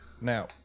Now